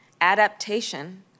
adaptation